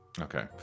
okay